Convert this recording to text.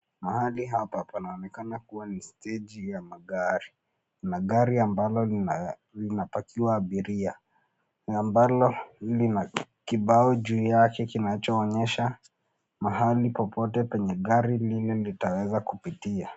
Mahali hapa panaonekana kuwa ni steji ya magari. Magari ambalo linapakiwa abiria , ambalo linakibao juu yake kinachoonyesha mahali popote penye gari lile litaweza kupitia.